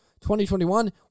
2021